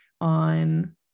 on